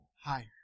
higher